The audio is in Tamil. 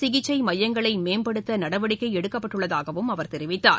சிகிச்சை மையங்களை மேம்படுத்த நடவடிக்கை எடுக்கப்பட்டுள்ளதாகவும் அவர் விபத்வ தெரிவித்தார்